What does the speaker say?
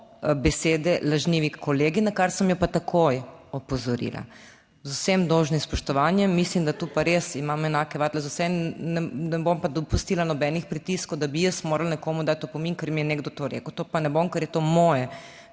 besede, lažnivi kolegi, na kar sem jo pa takoj opozorila. Z vsem dolžnim spoštovanjem mislim, da tu pa res imam enake vatle za vse, ne bom pa dopustila nobenih pritiskov, da bi jaz morala nekomu dati opomin, ker mi je nekdo to rekel, to pa ne bom, ker je to moj